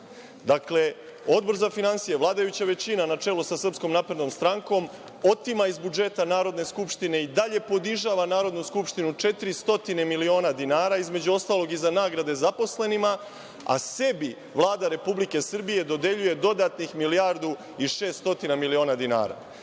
dinara. Dakle, Odbor za finansije, vladajuća većina na čelu sa SNS otima iz budžeta Narodne skupštine i dalje ponižava Narodnu skupštinu 400 miliona dinara, između ostalog i za nagrade zaposlenima, a sebi Vlada Republike Srbije dodeljuje dodatnih milijardu i 600 miliona dinara.Zašto